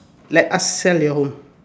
let us sell your home